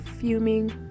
fuming